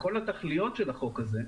כל התכליות של החוק הזה,